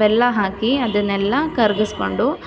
ಬೆಲ್ಲ ಹಾಕಿ ಅದನ್ನೆಲ್ಲ ಕರ್ಗಿಸ್ಕೊಂಡು